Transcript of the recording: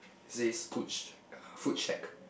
it says wood shack ah food shack